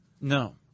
No